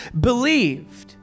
believed